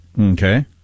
Okay